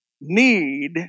need